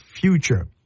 future